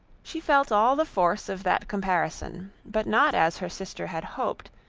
she felt all the force of that comparison but not as her sister had hoped,